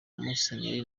musenyeri